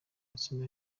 itsinda